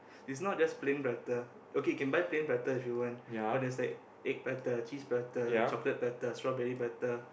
it's not just plain prata okay can buy plain prata if you want but there's like egg prata cheese prata chocolate prata strawberry prata